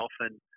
often